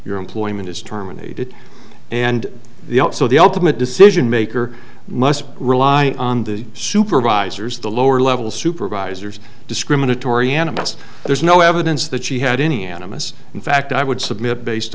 your employment is terminated and the also the ultimate decision maker must rely on the supervisors the lower level supervisors discriminatory and of us there's no evidence that she had any animists in fact i would submit based